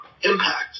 impact